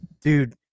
Dude